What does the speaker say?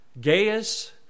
Gaius